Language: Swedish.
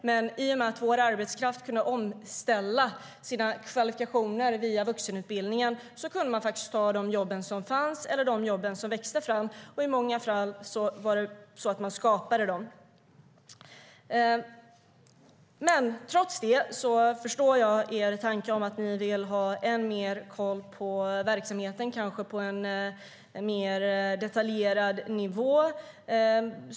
Men i och med att vår arbetskraft kunde omställa sina kvalifikationer via vuxenutbildningen kunde människor ta de jobb som fanns eller de jobb som växte fram, och i många fall skapade de dem. Trots detta förstår jag er tanke om att ni vill ha ännu mer koll på verksamheten på en mer detaljerad nivå.